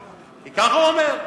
כי כך הוא אומר.